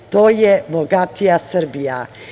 To je bogatija Srbija.